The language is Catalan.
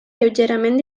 lleugerament